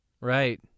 Right